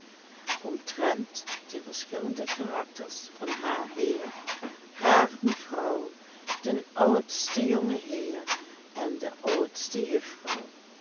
omtrent de verschillende karakters van haar heer haar mevrouw den oudsten jongeheer en de oudste juffrouw